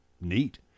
Neat